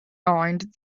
mind